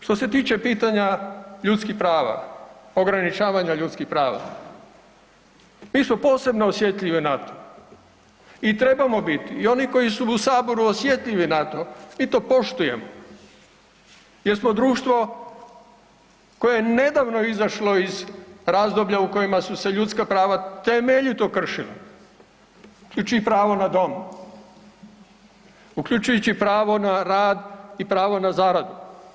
Što se tiče pitanja ljudskih prava, ograničavanja ljudskih prava mi smo posebno osjetljivi na to i trebamo biti i oni koji su u Saboru osjetljivi na to mi to poštujemo jer smo društvo koje nedavno izašlo iz razdoblja u kojima su se ljudska prava temeljito kršila, uključujući pravo na dom, uključujući pravo na rad i pravo na zaradu.